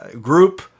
group